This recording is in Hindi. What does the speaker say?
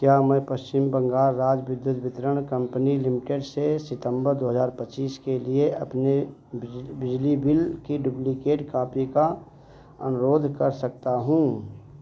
क्या मैं पश्चिम बंगाल राज्य विद्युत वितरण कंपनी लिमिटेड से सितंबर दो हजार पच्चीस के लिए अपने बिजली बिल की डुब्लिकेट कापी का अनुरोध कर सकता हूँ